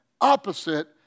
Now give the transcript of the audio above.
opposite